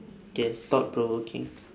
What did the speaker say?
K thought provoking